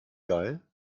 geil